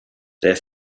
their